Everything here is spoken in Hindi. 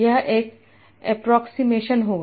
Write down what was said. यह एक एप्रोक्सीमेशन होगा